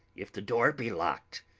if the door be locked,